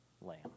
Lamb